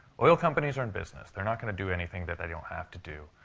oil companies are in business. they're not going to do anything that they don't have to do.